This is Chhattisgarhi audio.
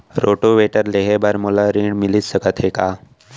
रोटोवेटर लेहे बर मोला ऋण मिलिस सकत हे का?